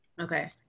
Okay